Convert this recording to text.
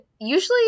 usually